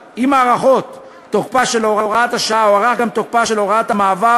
הארכות תוקפה של הוראת השעה הוארך גם תוקפה של הוראת המעבר,